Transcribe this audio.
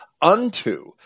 Unto